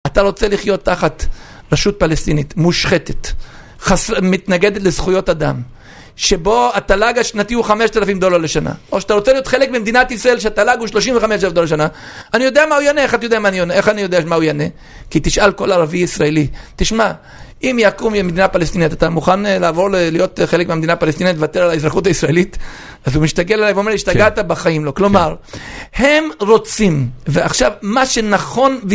אתה רוצה לחיות תחת רשות פלסטינית מושחתת, מתנגדת לזכויות אדם, שבו התל"ג השנתי הוא 5,000 דולר לשנה, או שאתה רוצה להיות חלק ממדינת ישראל שהתל"ג הוא 35,000 דולר לשנה. אני יודע מה הוא יענה, איך אני יודע מה הוא יענה? כי תשאל כל ערבי ישראלי: תשמע, אם יקום מדינה פלסטינית, אתה מוכן לעבור להיות חלק מהמדינה פלסטינית לוותר על האזרחות הישראלית? אז הוא מסתכל עליי ואומר, השתגעת? בחיים לא. כלומר, הם רוצים ועכשיו, מה שנכון